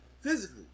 physically